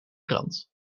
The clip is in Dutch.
krant